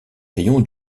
rayon